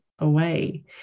away